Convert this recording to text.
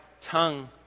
tongue